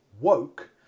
woke